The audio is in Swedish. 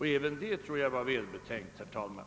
Även detta tror jag var välbetänkt, herr talman!